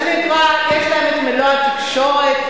מה שנקרא, יש להם מלוא התקשורת.